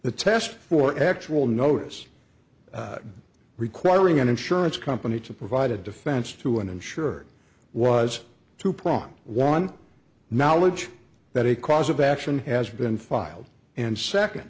the test for actual notice requiring an insurance company to provide a defense to an insured was two pronged one knowledge that a cause of action has been filed and second